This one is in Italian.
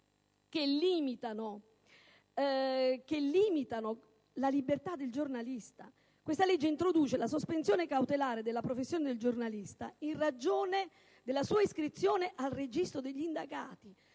che limitano la libertà del giornalista. Si introduce, infatti, la sospensione cautelare dalla professione del giornalista in ragione della sua iscrizione al registro degli indagati